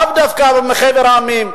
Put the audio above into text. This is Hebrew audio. לאו דווקא מחבר המדינות.